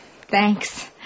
Thanks